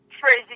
Crazy